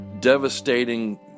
devastating